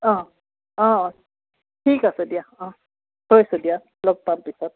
অঁ অঁ ঠিক আছে দিয়া অঁ থৈছোঁ দিয়া লগ পাম পিছত